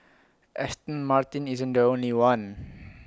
Aston Martin isn't the only one